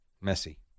Messy